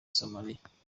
somalia